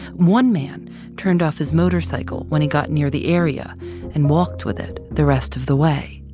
one man turned off his motorcycle when he got near the area and walked with it the rest of the way.